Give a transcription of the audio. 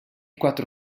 quattro